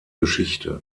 geschichte